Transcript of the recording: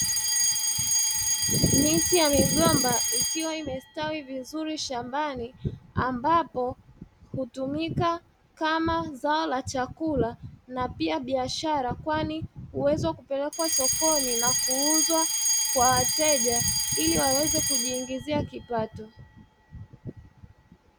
Miti ya migomba ikiwa imestawi vizuri shambani ambapo hutumika kama zao la chakula na pia biashara kwani huweza kupelekwa sokoni na kuuzwa kwa wateja ili waweze kujiingizia kipato.